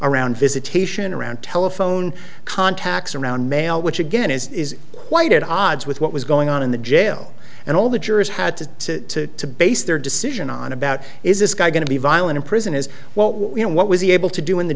around visitation around telephone contacts around mail which again is quite at odds with what was going on in the jail and all the jurors had to to base their decision on about is this guy going to be violent in prison is what we know what was he able to do in the